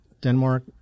Denmark